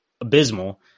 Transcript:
abysmal